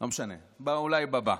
לא משנה, אולי בבא.